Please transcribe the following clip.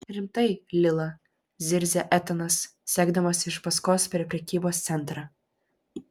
rimtai lila zirzia etanas sekdamas iš paskos per prekybos centrą